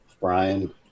Brian